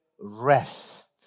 rest